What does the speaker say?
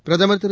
பிரதமர் திரு